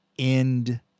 end